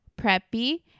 Preppy